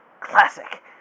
Classic